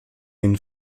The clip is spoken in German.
den